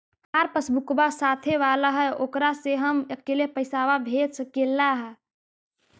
हमार पासबुकवा साथे वाला है ओकरा से हम अकेले पैसावा भेज सकलेहा?